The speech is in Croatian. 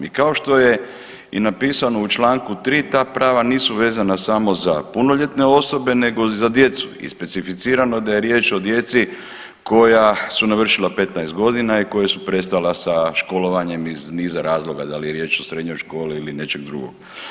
I kao što je napisano u Članku 3. ta prava nisu vezana samo za punoljetne osobe nego i za djecu i specificirano je da je riječ o djeci koja su navršila 15 godina i koja su prestala sa školovanjem iz niza razloga, da li je riječ o srednjoj školi ili nečeg drugog.